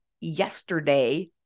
yesterday